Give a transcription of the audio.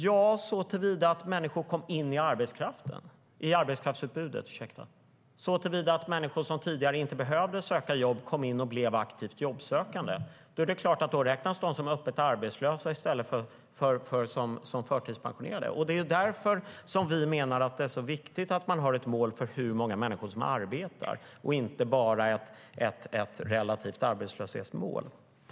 Ja, såtillvida att människor kom in i arbetskraftsutbudet. Ja, såtillvida att människor som tidigare inte behövde söka jobb kom in och blev aktivt jobbsökande. Det är klart att de då räknas som öppet arbetslösa i stället för som förtidspensionerade. Därför menar vi att det är viktigt att ha ett mål för hur många som arbetar och inte bara ett relativt arbetslöshetsmål.